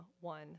one